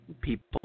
people